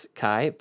kai